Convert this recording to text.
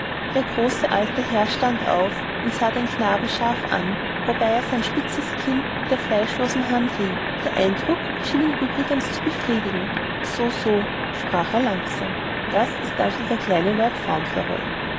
der große alte herr stand auf und sah den knaben scharf an wobei er sein spitzes kinn mit der fleischlosen hand rieb der eindruck schien ihn übrigens zu befriedigen so so sprach er langsam das ist also der kleine lord fauntleroy